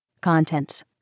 Contents